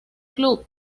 club